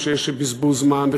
או שיש בזבוז זמן?